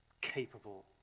capable